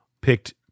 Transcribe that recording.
picked